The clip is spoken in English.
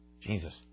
Jesus